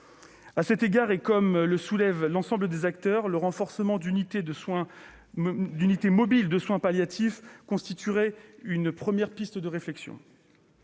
À cet égard, et comme le soulève l'ensemble des acteurs, le renforcement d'unités mobiles de soins palliatifs constituerait une première piste de réflexion.